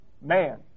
man